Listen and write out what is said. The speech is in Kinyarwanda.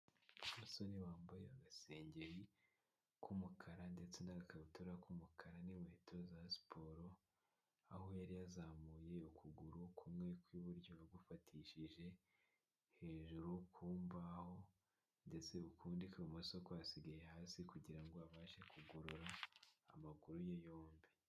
Umusore wambaye agasengeri k'umukara ndetse n'agakabutura k'umukara n'inkweto za siporo aho yari yazamuye ukuguru kumwe kw'iburyo yagufatishije hejuru ku mbaho ndetse ukundi kw’ibumoso kwasigaye hasi kugira ngo abashe kugorora amaguru ye yombi.